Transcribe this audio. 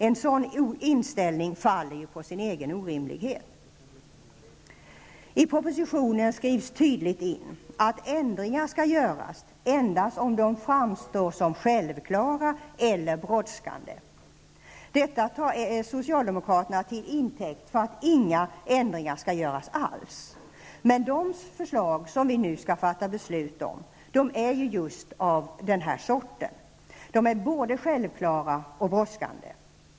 En sådan inställning faller ju på sin egen orimlighet. I propositionen skrivs tydligt in att ändringar skall göras endast om de framstår som självklara eller brådskande. Detta tar socialdemokraterna till intäkt för att inga ändringar skall göras alls. Men de förslag som vi nu skall fatta beslut om är just av detta slag. De är både självklara och brådskande.